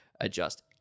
adjust